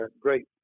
great